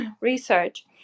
research